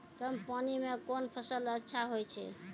कम पानी म कोन फसल अच्छाहोय छै?